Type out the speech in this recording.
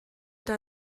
eta